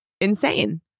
insane